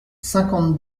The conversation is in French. cinquante